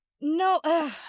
No